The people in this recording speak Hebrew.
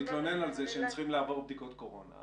הוא התלונן על זה שהם צריכים לעבור בדיקות קורונה.